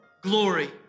glory